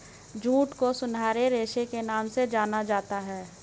jute को सुनहरे रेशे के नाम से जाना जाता है